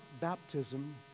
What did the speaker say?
baptism